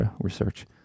research